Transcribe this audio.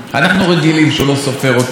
אנחנו רגילים שהוא לא סופר אותנו,